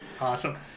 Awesome